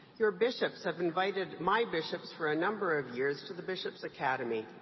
your bishops have invited my bishops for a number of years to the bishops academy.